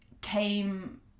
came